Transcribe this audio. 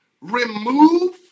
remove